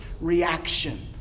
reaction